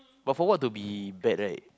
but for what to be bad right